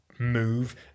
Move